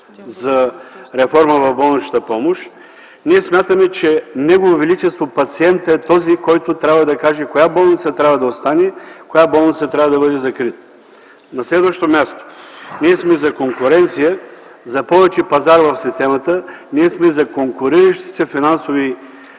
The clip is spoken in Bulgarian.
за реформата в болничната помощ. Ние смятаме, че негово величество пациентът е този, който трябва да каже коя болница трябва да остане и коя – да бъде закрита. На следващо място, ние сме за конкуренция, за повече пазар в системата, за конкуриращи се финансови